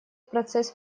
процесс